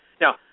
Now